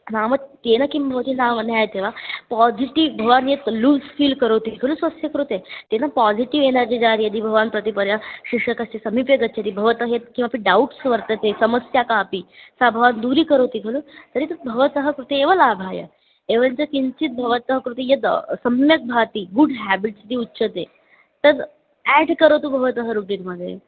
नाम केन किं भवति नावज्ञायते वा पासिटिव् भवान् यत् लूस् फ़ील् करोति खलु स्वस्य कृते तेन पासिटिव् एनर्जि जार् यदि भवान् प्रति पर्या शिक्षकस्य समीपे गच्छति भवतः यत्किमपि डौट्स् वर्तते समस्या कापि सा भवान् दूरीकरोति खलु तर्हि तद् भवतः कृते एव लाभाय एवञ्च किञ्चिद् भवतः कृते यद् सम्यक् भाति गुड् हेबिट्स् इति उच्यते तद् एड् करोतु भवतः रोटीन्मध्ये